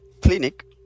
clinic